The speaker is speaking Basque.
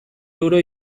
euro